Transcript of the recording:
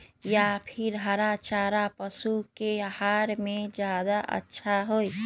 या फिर हरा चारा पशु के आहार में ज्यादा अच्छा होई?